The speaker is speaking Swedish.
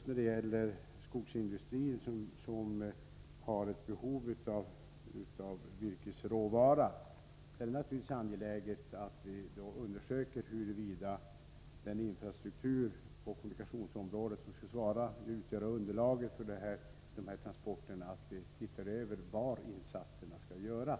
När det gäller skogsindustrin och dess behov av virkesråvara är det naturligtvis angeläget att vi undersöker huruvida den infrastruktur på kommunikationsområdet som utgör underlaget för virkestransporterna är ändmålsenlig och studerar var insatserna skall göras.